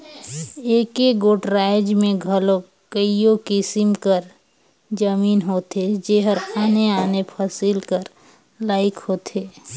एके गोट राएज में घलो कइयो किसिम कर जमीन होथे जेहर आने आने फसिल कर लाइक होथे